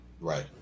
Right